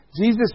Jesus